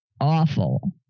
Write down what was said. awful